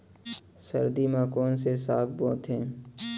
सर्दी मा कोन से साग बोथे?